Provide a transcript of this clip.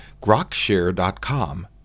grokshare.com